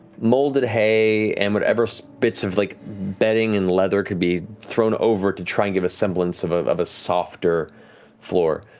molded hay, and whatever bits of like bedding and leather could be thrown over it to try and give a semblance of of a softer floor.